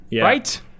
right